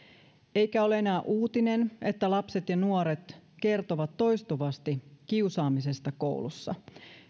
eikä ole enää uutinen että lapset ja nuoret kertovat toistuvasti kiusaamisesta koulussa